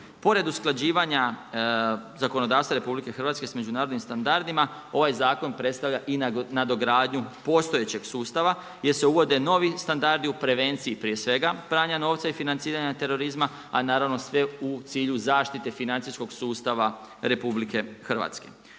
Pored usklađivanja zakonodavstva RH s međunarodnim standardima ovaj zakon predstavlja i nadogradnju postojećeg sustava, jer se uvode novi standardi u prevenciji prije svega pranja novca i financiranja terorizma, a naravno sve u cilju zaštite financijskog sustava RH. Ovaj je